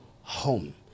home